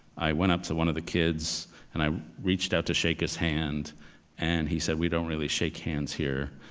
i went up to one of the kids and i reached out to shake his hand and he said, we don't really shake hands here.